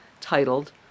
titled